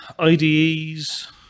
IDEs